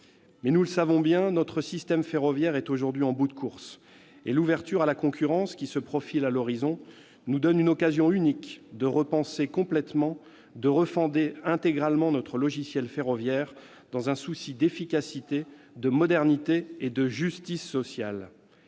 Mais, nous le savons bien, notre système ferroviaire est aujourd'hui en bout de course. L'ouverture à la concurrence qui se profile à l'horizon nous donne une occasion unique de repenser complètement, de refonder intégralement notre logiciel ferroviaire, dans un souci d'efficacité, de modernité et de justice sociale.